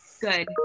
good